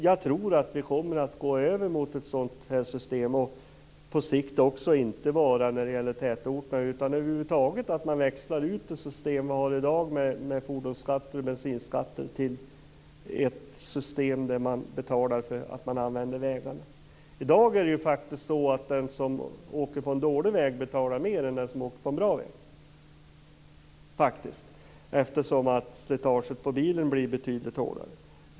Jag tror att vi kommer att gå mot ett sådant system. På sikt gäller det inte bara tätorterna. Jag tror att man över huvud taget kommer att växla ut det system som vi har i dag med fordonsskatter och bensinskatter till ett system där man betalar för att man använder vägar. I dag är det ju faktiskt så att den åker på en dålig väg betalar mer än den som åker på en bra väg. Slitaget på bilen blir ju betydligt hårdare.